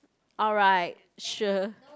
alright sure